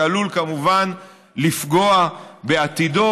שעלול כמובן לפגוע בעתידו.